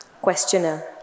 Questioner